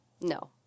No